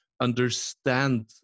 understand